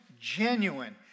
genuine